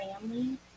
family